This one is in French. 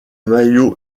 maillot